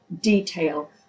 detail